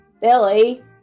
Billy